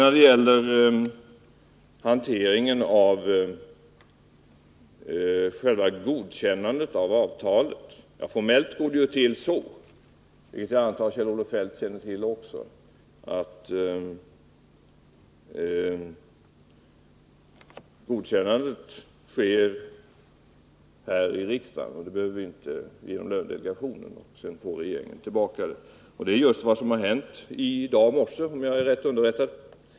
När det gäller hanteringen av själva godkännandet av avtalet går det ju formellt till så — vilket jag antar att Kjell-Olof Feldt känner till — att godkännande sker här i riksdagen genom lönedelegationen, och sedan får regeringen tillbaka det. Det är just vad som hänt i dag på morgonen, om jag är rätt underrättad.